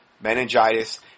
meningitis